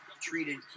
treated